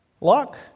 luck